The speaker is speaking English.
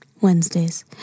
Wednesdays